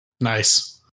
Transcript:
Nice